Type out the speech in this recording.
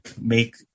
make